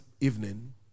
evening